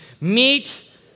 meet